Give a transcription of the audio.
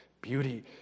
beauty